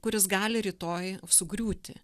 kuris gali rytoj sugriūti